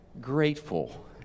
grateful